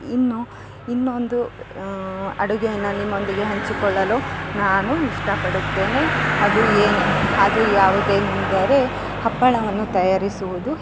ಇನ್ನು ಇನ್ನೊಂದು ಅಡುಗೆಯನ್ನು ನಿಮ್ಮೊಂದಿಗೆ ಹಂಚಿಕೊಳ್ಳಲು ನಾನು ಇಷ್ಟ ಪಡುತ್ತೇನೆ ಅದು ಏ ಅದು ಯಾವುದೆಂದರೆ ಹಪ್ಪಳವನ್ನು ತಯಾರಿಸುವುದು